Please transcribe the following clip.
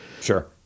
Sure